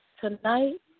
Tonight